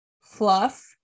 fluff